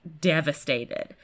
devastated